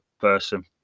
person